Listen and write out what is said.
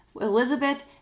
Elizabeth